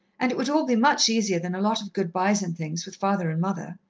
and it would all be much easier than a lot of good-byes and things, with father and mother.